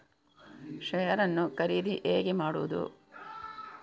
Share ನ್ನು ಖರೀದಿ ಹೇಗೆ ಮಾಡುವುದು?